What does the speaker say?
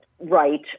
right